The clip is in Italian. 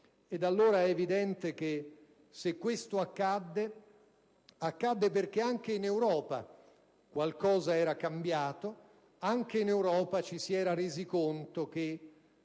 Allora è evidente che se questo accadde, accadde perché anche in Europa qualcosa era cambiato, anche in Europa ci si era resi conto che